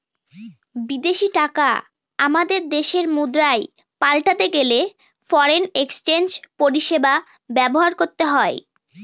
বিদেশী টাকা আমাদের দেশের মুদ্রায় পাল্টাতে গেলে ফরেন এক্সচেঞ্জ পরিষেবা ব্যবহার করতে হয়